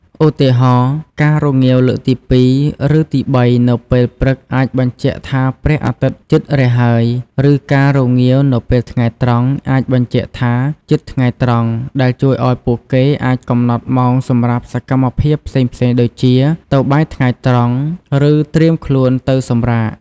ឧទាហរណ៍ ការរងាវលើកទីពីរ ឬទីបីនៅពេលព្រឹកអាចបញ្ជាក់ថាព្រះអាទិត្យជិតរះហើយ ឬការរងាវនៅពេលថ្ងៃត្រង់អាចបញ្ជាក់ថាជិតថ្ងៃត្រង់ ដែលជួយឱ្យពួកគេអាចកំណត់ម៉ោងសម្រាប់សកម្មភាពផ្សេងៗដូចជា ទៅបាយថ្ងៃត្រង់ ឬត្រៀមខ្លួនទៅសម្រាក។